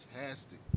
fantastic